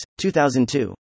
2002